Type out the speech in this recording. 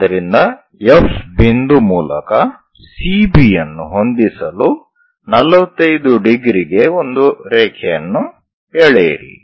ಆದ್ದರಿಂದ F ಬಿಂದು ಮೂಲಕ CB ಯನ್ನು ಹೊಂದಿಸಲು 45 ° ಗೆ ಒಂದು ರೇಖೆಯನ್ನು ಎಳೆಯಿರಿ